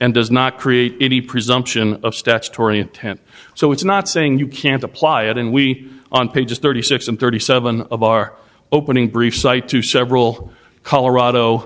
and does not create any presumption of statutory intent so it's not saying you can't apply it and we on pages thirty six and thirty seven of our opening brief cite to several colorado